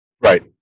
Right